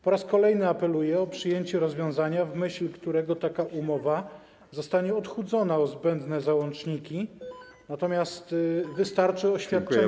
Po raz kolejny apeluję o przyjęcie rozwiązania, w myśl którego taka umowa zostanie odchudzona o zbędne załączniki, natomiast wystarczy oświadczenie klienta.